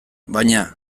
baina